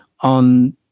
on